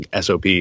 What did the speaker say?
sop